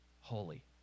holy